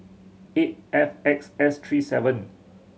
eight F X S three seven